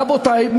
רבותי,